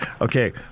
Okay